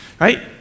Right